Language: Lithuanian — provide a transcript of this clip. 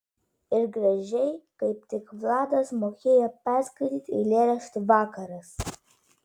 ir gražiai kaip tik vladas mokėjo perskaitė eilėraštį vakaras